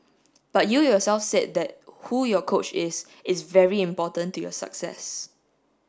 but you yourself said that who your coach is is very important to your success